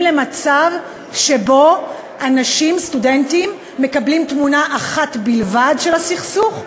למצב שסטודנטים מקבלים תמונה אחת בלבד של הסכסוך.